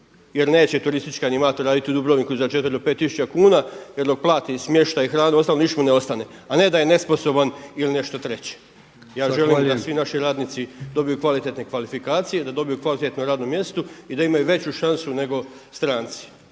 Jer neće turistička …/Govornik se ne razumije./… u Dubrovniku za 4 do 5000 kuna, jer dok plati smještaj, hranu, ostalo ništa mu ne ostaje, a ne da je nesposoban ili nešto treće. …/Upadica Brkić: Zahvaljujem./… Ja želim da svi naši radnici dobiju kvalitetne kvalifikacije, da dobiju kvalitetno radno mjesto i da imaju veću šansu nego stranci.